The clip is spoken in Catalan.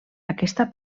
aquesta